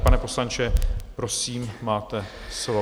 Pane poslanče, prosím, máte slovo.